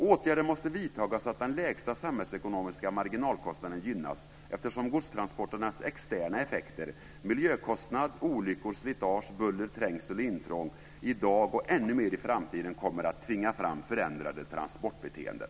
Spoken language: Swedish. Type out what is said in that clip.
Åtgärder måste vidtas så att den lägsta samhällsekonomiska marginalkostnaden gynnas eftersom godstransporternas externa effekter, miljökostnad, olyckor, slitage, buller, trängsel och intrång i dag och ännu mer i framtiden kommer att tvinga fram förändrade transportbeteenden.